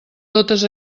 totes